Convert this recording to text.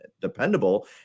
dependable